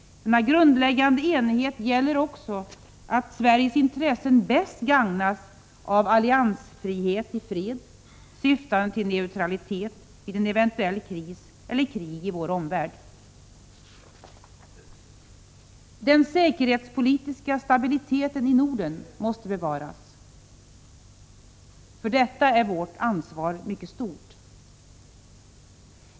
Denna grundläggande enighet gäller också uppfattningen att Sveriges intressen bäst gagnas av alliansfrihet i fred, syftande till neutralitet vid en eventuell kris eller vid krig i vår omvärld. Den säkerhetspolitiska stabiliteten i Norden måste bevaras. För detta är vårt ansvar mycket stort.